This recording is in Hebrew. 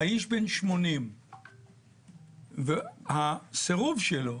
האיש בן 80. והסירוב שלו